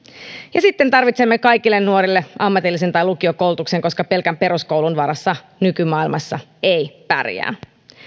sitten tarvitsemme kaikille nuorille ammatillisen tai lukiokoulutuksen koska pelkän peruskoulun varassa nykymaailmassa ei pärjää